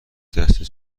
دسته